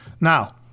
Now